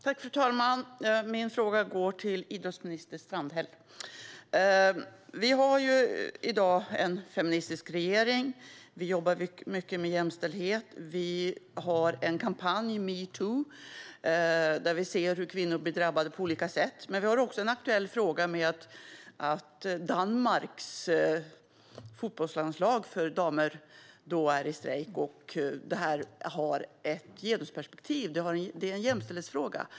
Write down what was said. Fru talman! Min fråga går till idrottsminister Strandhäll. Vi har i dag en feministisk regering. Vi jobbar mycket med jämställdhet. Det pågår en kampanj, "Me too", där vi ser hur kvinnor drabbas på olika sätt. Frågan är också aktuell i och med att Danmarks fotbollslandslag för damer är i strejk, och denna har ett genusperspektiv. Det är en jämställdhetsfråga.